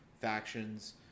factions